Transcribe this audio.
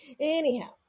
anyhow